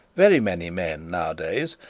very many men nowadays,